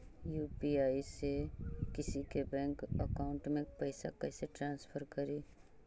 UPI से किसी के बैंक अकाउंट में पैसा कैसे ट्रांसफर करी?